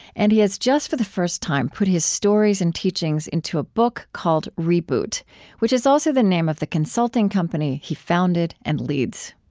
and he has just for the first time put his stories and teachings into a book called reboot which is also the name of the consulting company he founded and leads